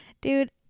Dude